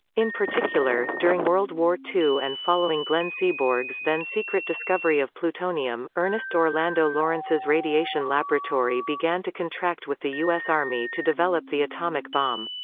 in particular, during world war ii and following glenn seaborg's then-secret discovery of plutonium, ernest orlando lawrence's radiation laboratory began to contract with the u s. army to develop the atomic bomb.